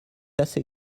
assez